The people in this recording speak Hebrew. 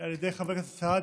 על ידי חבר הכנסת סעדי,